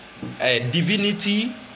divinity